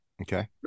Okay